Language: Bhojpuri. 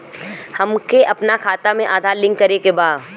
हमके अपना खाता में आधार लिंक करें के बा?